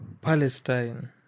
Palestine